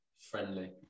friendly